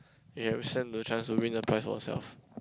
you stand a chance to win a prize for yourself